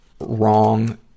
wrong